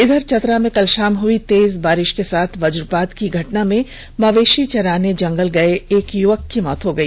उधर चतरा में कल शाम हई तेज बारिश के साथ वजपात की घटना में मवेशी चराने जंगल गए एक युवक की मौत हो गई